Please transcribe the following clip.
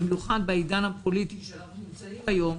במיוחד בעידן הפוליטי שבו אנחנו נמצאים היום,